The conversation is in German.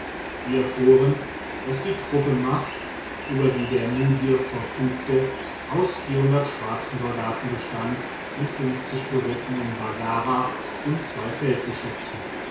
wir erfuhren daß die truppenmacht über die der mudir verfügte aus schwarzen soldaten bestand mit berittenen baggara und zwei